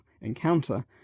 encounter